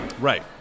Right